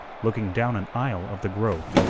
looking down an aisle of the grove,